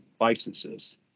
licenses